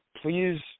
Please